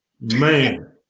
man